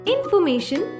Information